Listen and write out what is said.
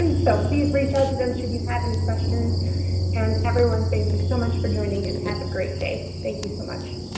um so please reach out to them should you have any questions and everyone, thank you so much for joining and have a great day. thank you so much.